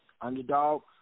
underdog